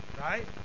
Right